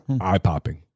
eye-popping